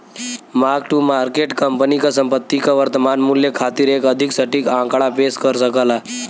mark to market company क संपत्ति क वर्तमान मूल्य खातिर एक अधिक सटीक आंकड़ा पेश कर सकला